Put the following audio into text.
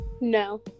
No